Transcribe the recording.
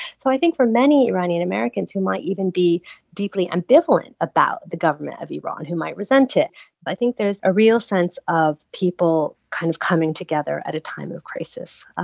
so i think for many iranian americans who might even be deeply ambivalent about the government of iran, who might resent it, but i think there's a real sense of people kind of coming together at a time of crisis. ah